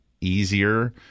easier